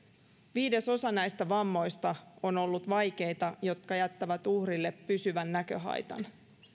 viidesosa näistä vammoista on ollut vaikeita jotka jättävät uhrille pysyvän näköhaitan